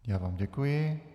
Já vám děkuji.